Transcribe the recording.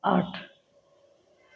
आठ